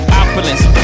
opulence